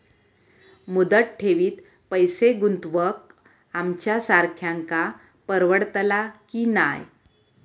मुदत ठेवीत पैसे गुंतवक आमच्यासारख्यांका परवडतला की नाय?